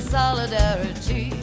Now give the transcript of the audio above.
solidarity